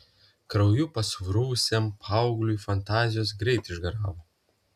krauju pasruvusiam paaugliui fantazijos greit išgaravo